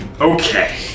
Okay